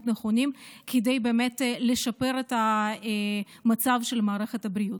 נכונים כדי לשפר באמת את מצב מערכת הבריאות.